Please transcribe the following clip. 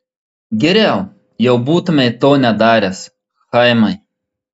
geriau jau būtumei to nedaręs chaimai